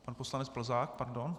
Pan poslanec Plzák, pardon.